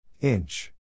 Inch